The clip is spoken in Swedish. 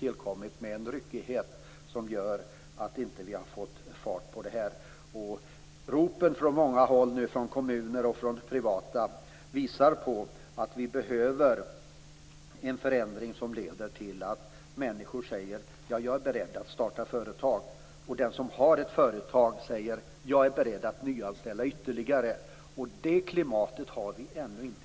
vidtagits med en ryckighet som gör att vi inte har fått fart på detta. Ropen från kommuner och privata företag visar att vi behöver en förändring som leder till att människor säger att de är beredda att starta företag och att de som har ett företag säger att de är beredda att nyanställa ytterligare personer. Det klimatet har vi ännu inte.